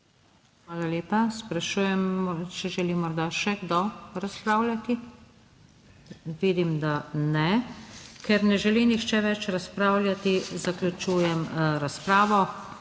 Hvala lepa. Sprašujem, če želi morda še kdo razpravljati? Vidim, da ne. Ker ne želi nihče več razpravljati, zaključujem razpravo.